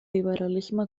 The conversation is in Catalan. liberalisme